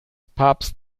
papst